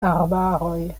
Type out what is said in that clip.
arbaroj